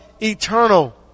eternal